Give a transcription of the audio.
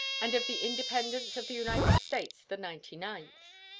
and of the independence of the united states the ninety-ninth.